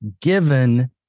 given